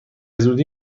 زودی